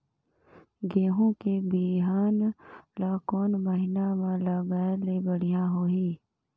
गहूं के बिहान ल कोने महीना म लगाय ले बढ़िया होही?